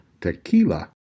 Tequila